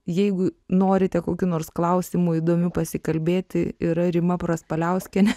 jeigu norite kokiu nors klausimu įdomiai pasikalbėti yra rima praspaliauskienė